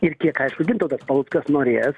ir kiek aišku gintautas paluckas norės